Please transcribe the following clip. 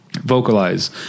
vocalize